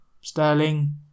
Sterling